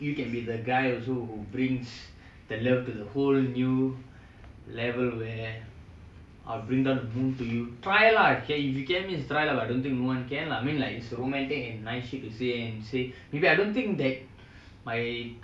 you to you try lah okay you can try lah but I don't think anyone can lah I mean like it's a romantic line she could say and say maybe I don't think that